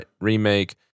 remake